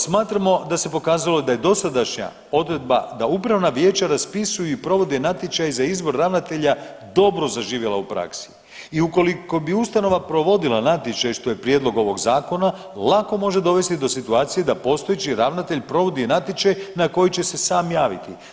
Smatramo da se pokazalo da je dosadašnja odredba da upravna vijeća raspisuju i provode natječaj za izbor ravnatelja dobro zaživjela u praksi i ukoliko bi ustanova provodila natječaj što je prijedlog ovog zakona lako može dovesti do situacije da postojeći ravnatelj provodi natječaj na koji će se sam javiti.